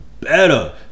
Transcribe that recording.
better